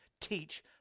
teach